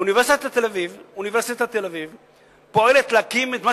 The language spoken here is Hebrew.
אוניברסיטת תל-אביב פועלת להקים את מה